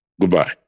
Goodbye